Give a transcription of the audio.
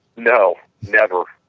no never.